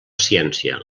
ciència